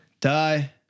die